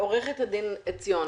עו"ד עציון,